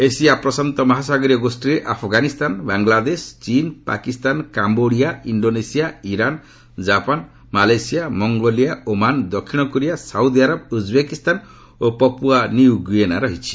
Asia ପ୍ରଶାନ୍ତ ମହାସାଗରୀୟ ଗୋଷ୍ଠୀରେ ଆଫଗାନିସ୍ଥାନ ବାଳାଦେଶ ଚୀନ୍ Pakistan Cambodia Indonesia Iran Japan Malaysia Mongolia Oman ଦକ୍ଷିଣ କୋରିଆ ସାଉଦିଆରବ ଉଜ୍ବେକିସ୍ଥାନ ଓ ପପୁଆ ନିଉ ଗୁଏନା ରହିଛି